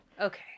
okay